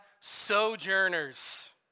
sojourners